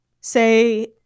say